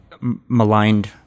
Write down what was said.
maligned